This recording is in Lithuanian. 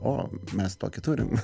o mes tokį turim